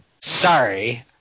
Sorry